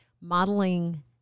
modeling